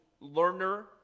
Learner